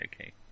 okay